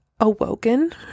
awoken